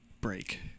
break